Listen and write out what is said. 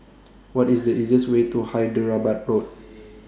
What IS The easiest Way to Hyderabad Road